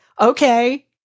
okay